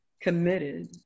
committed